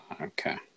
okay